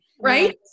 Right